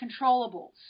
controllables